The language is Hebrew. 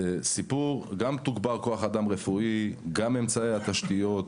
הסיפור הוא שתוגבר כוח האדם הרפואי ורופאים וגם תוגברו אמצעי התשתיות.